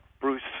bruce